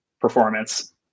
performance